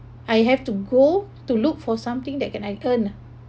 I have to go to look for something that can I earn